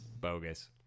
Bogus